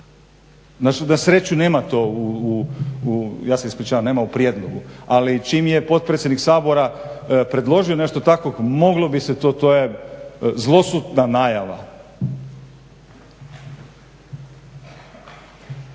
silama. Nasreću nema to, ja se ispričavam nema u prijedlogu ali čim je potpredsjednik Sabora predložio nešto takvog moglo bi se to, to je zlosutna najava.